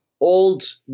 old